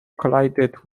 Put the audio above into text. collided